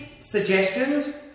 suggestions